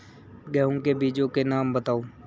गेहूँ के बीजों के नाम बताओ?